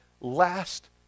last